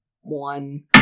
One